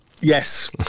Yes